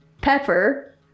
Pepper